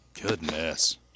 goodness